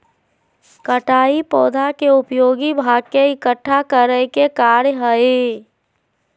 कटाई पौधा के उपयोगी भाग के इकट्ठा करय के कार्य हइ